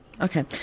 Okay